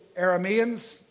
Arameans